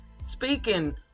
Speaking